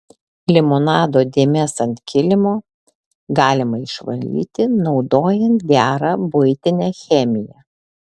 limonado dėmes ant kilimo galima išvalyti naudojant gerą buitinę chemiją